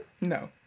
No